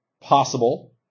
possible